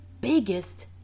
biggest